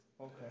Okay